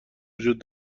وجود